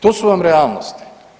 To su vam realnosti.